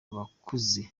abakuze